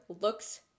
looks